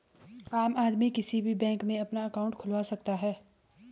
आम आदमी किसी भी बैंक में अपना अंकाउट खुलवा सकता है